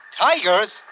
Tigers